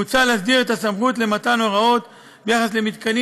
מוצע להסדיר את הסמכות לתת הוראות ביחס למתקנים